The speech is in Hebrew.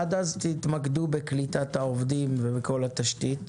עד אז תתמקדו בקליטת העובדים ובכל התשתית.